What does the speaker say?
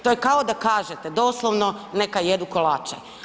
To je kao da kažete doslovno neka jedu kolače.